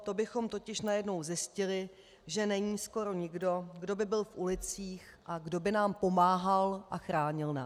To bychom totiž najednou zjistili, že není skoro nikdo, kdo by byl v ulicích a kdo by nám pomáhal a chránil nás.